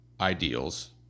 ideals